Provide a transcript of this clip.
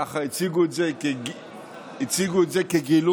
ככה הציגו את זה הציגו את זה כגילוי